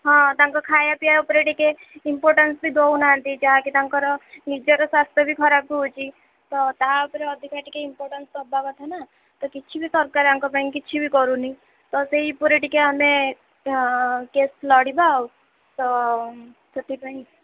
ହଁ ତାଙ୍କର ଖାଇବା ପିଇବା ଉପରେ ଟିକେ ଇମ୍ପୋର୍ଟାନ୍ସ ବି ଦେଉ ନାହାନ୍ତି ଯାହାକି ତାଙ୍କର ନିଜର ସ୍ୱାସ୍ଥ୍ୟ ଖରାପ ହେଉଛି ତ ତା ଉପରେ ଅଧିକା ଟିକେ ଇମ୍ପୋର୍ଟାନ୍ସ ଦେବା କଥା ନା ତ କିଛି ବି ସରକାର ଏହାଙ୍କ ପାଇଁ କିଛି ବି କରୁନି ତ ସେଇ ଉପରେ ଟିକେ ଆମେ କେସ୍ ଲଢ଼ିବା ତ ସେଥିପାଇଁ